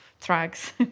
tracks